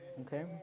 Okay